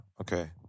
Okay